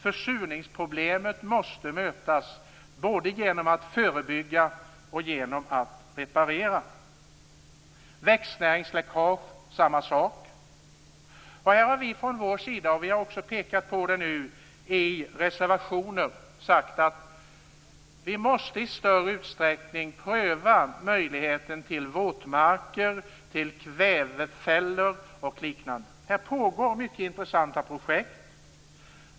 Försurningsproblemet måste mötas både genom att man förebygger och genom att man reparerar. Samma sak gäller växtnäringsläckage. Här har vi från vår sida - vi har också pekat på det i reservationer - sagt att vi i större utsträckning måste pröva möjligheten till våtmarker, kvävefällor och liknande. Här pågår många intressanta projekt.